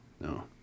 No